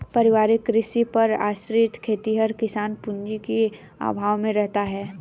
पारिवारिक कृषि पर आश्रित खेतिहर किसान पूँजी के अभाव में रहता है